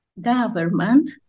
government